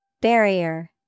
Barrier